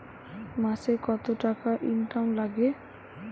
মাসে কত টাকা ইনকাম নাগে?